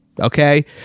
okay